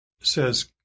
says